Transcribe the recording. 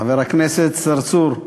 חבר הכנסת צרצור,